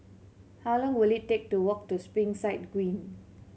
how long will it take to walk to Springside Green